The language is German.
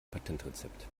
patentrezept